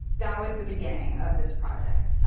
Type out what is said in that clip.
that was the beginning of this project.